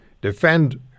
defend